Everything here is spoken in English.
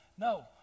No